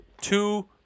two